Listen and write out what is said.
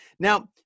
Now